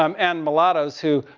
um and mulattos, who,